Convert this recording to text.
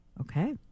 Okay